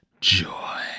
joy